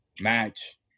match